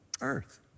earth